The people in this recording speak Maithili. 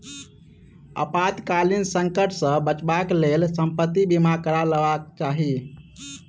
आपातकालीन संकट सॅ बचावक लेल संपत्ति बीमा करा लेबाक चाही